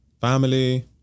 Family